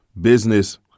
business